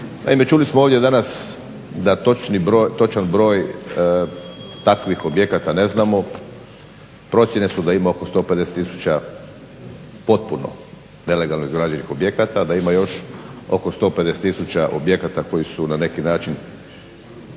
čuli smo ovdje danas da točan broj takvih objekata ne znam, procjene su da ima oko 150 tisuća potpuno nelegalno izgrađenih objekata, da ima još oko 150 tisuća objekata koji su na neki način